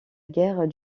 guerre